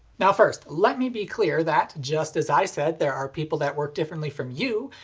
now first let me be clear that, just as i said there are people that work differently from you,